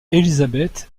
élisabeth